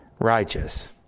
righteous